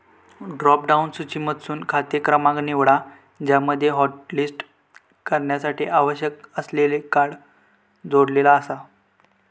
drop down सूचीमधसून खाते क्रमांक निवडा ज्यामध्ये हॉटलिस्ट करण्यासाठी आवश्यक असलेले कार्ड जोडलेला आसा